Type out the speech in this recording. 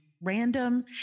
random